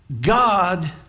God